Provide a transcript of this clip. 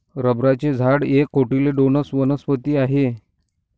रबराचे झाड एक कोटिलेडोनस वनस्पती आहे